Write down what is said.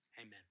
amen